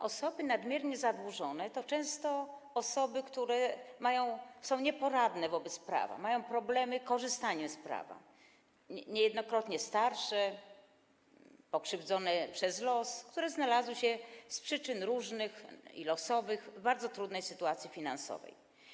Osoby nadmiernie zadłużone to często osoby, które są nieporadne wobec prawa, mają problemy z korzystaniem z prawa, niejednokrotnie starsze, pokrzywdzone przez los, które znalazły się z przyczyn różnych i losowych w bardzo trudnej sytuacji finansowej.